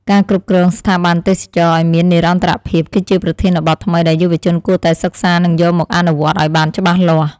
ការគ្រប់គ្រងស្ថាប័នទេសចរណ៍ឱ្យមាននិរន្តរភាព គឺជាប្រធានបទថ្មីដែលយុវជនគួរតែសិក្សានិងយកមកអនុវត្តឱ្យបានច្បាស់លាស់។